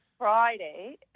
Friday